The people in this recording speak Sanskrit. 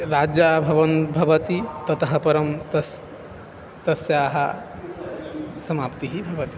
राजा भवन् भवति ततः परं तस्य तस्याः समाप्तिः भवति